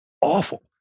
awful